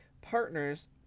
partners